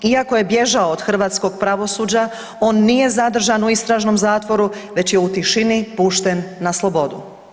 Iako je bježao od hrvatskog pravosuđa on nije zadržan u istražnom zatvoru, već je u tišini pušten na slobodu.